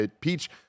Peach